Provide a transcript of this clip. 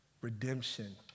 Redemption